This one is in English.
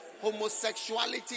Homosexuality